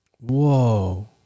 Whoa